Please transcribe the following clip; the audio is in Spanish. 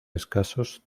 escasos